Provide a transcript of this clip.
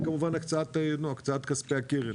וכמובן הקצאת כספי הקרן.